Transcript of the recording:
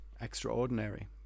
extraordinary